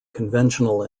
conventional